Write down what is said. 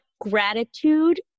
gratitude